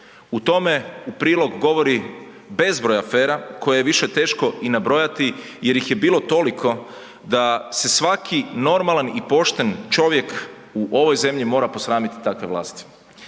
tome u prilog govori bezbroj afera koje ih je više teško i na brojati jer ih je bilo toliko da se svaki normalan i pošten čovjek u ovoj zemlji mora posramiti takve vlasti.